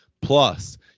Plus